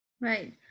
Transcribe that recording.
Right